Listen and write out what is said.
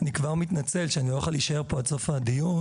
אני כבר מתנצל שאני לא אוכל להישאר פה עד סוף הדיון.